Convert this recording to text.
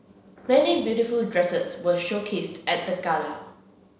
many beautiful dresses were showcased at the gala